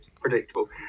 predictable